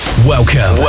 welcome